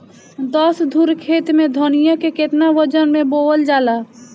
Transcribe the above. दस धुर खेत में धनिया के केतना वजन मे बोवल जाला?